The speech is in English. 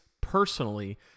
personally